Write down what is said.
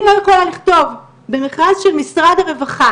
אני לא יכולה לכתוב במשרד של משרד הרווחה